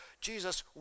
Jesus